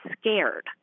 scared